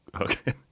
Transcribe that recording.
Okay